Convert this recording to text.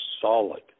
solid